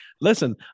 listen